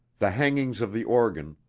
the hangings of the organ,